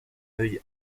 œil